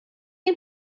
این